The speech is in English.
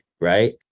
right